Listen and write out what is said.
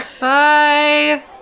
bye